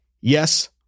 Yes